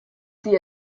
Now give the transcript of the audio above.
sie